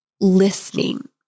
listening